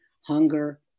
hunger